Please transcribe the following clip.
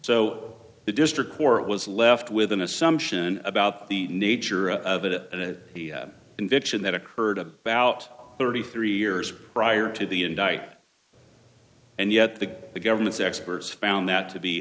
so the district court was left with an assumption about the nature of it and the invention that occurred about thirty three years prior to the indict and yet the government's experts found that to be